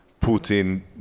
Putin